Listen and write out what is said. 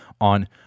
on